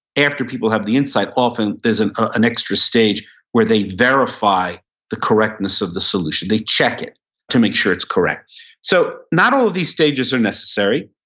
after people have the insight, often there's an an extra stage where they verify the correctness of the solution. they check it to make sure it's correct so not all of these stages are necessary.